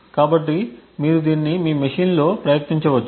కాబట్టి మీరు దీన్ని మీ మెషీన్లలో ప్రయత్నించవచ్చు